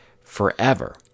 forever